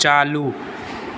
चालू